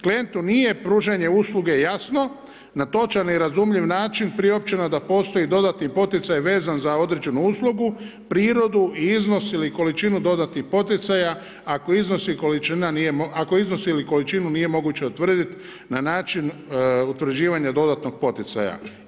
Klijentu nije pružanje usluge jasno, na točan i razumljiv način priopćeno da postoji dodatni poticaj vezan za određenu uslugu, prirodu i iznos ili količinu dodatnih poticaja ako iznos ili količinu nije moguće utvrditi na način utvrđivanja dodatnog poticaja.